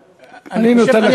אני נותן לך.